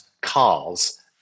cars